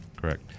Correct